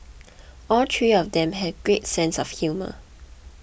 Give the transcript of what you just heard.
all three of them have great sense of humour